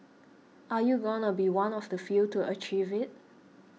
are you gonna be one of the few to achieve it